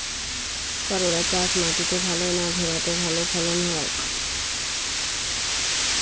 করলা চাষ মাটিতে ভালো না ভেরাতে ভালো ফলন হয়?